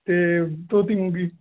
ते धोती मूंगी